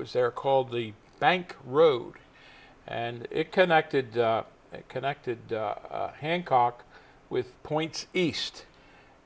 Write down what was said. was there called the bank road and it connected connected hancock with points east